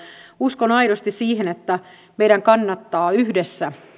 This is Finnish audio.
uskon aidosti siihen että meidän kannattaa yhdessä